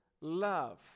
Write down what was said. love